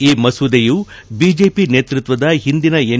ಈ ಮಸೂದೆಯು ಬಿಜೆಪಿ ನೇತೃತ್ವದ ಹಿಂದಿನ ಎನ್